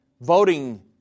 voting